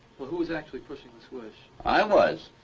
but who's actually pushing the switch. i was.